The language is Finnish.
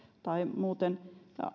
tai muuten